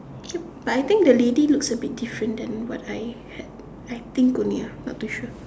eh but I think the lady looks a bit different then what I had I think only ah not too sure